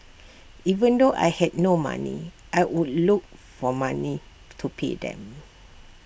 even though I had no money I would look for money to pay them